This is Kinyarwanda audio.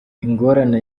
ingorane